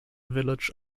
village